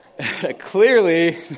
Clearly